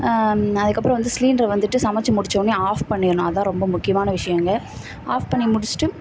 அதுக்கப்புறம் வந்து சிலிண்டரை வந்துட்டு சமைச்சு முடிச்சவொடன்னே ஆஃப் பண்ணிடணும் அதுதான் ரொம்ப முக்கியமான விஷயங்க ஆஃப் பண்ணி முடிச்சுட்டு